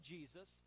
Jesus